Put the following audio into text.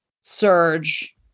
surge